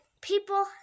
people